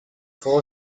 four